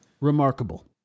remarkable